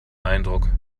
eindruck